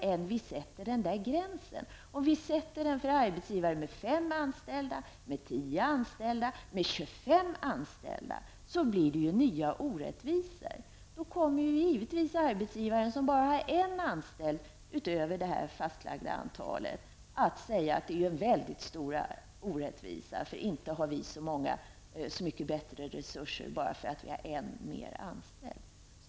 Var vi än sätter den gränsen -- om vi sätter den vid arbetsgivare med 5, 10 eller 25 anställda -- uppstår nya orättvisor. Då kommer givetvis den arbetsgivare som bara har en anställd utöver det fastlagda antalet att säga att det är en väldigt stor orättvisa, eftersom hans företag inte har så mycket bättre resurser bara på grund av att man har en mer anställd.